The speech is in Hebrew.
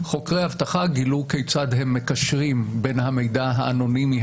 חוקרי אבטחה גילו כיצד הם מקשרים בין המידע האנונימי